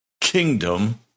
kingdom